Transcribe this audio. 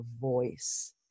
voice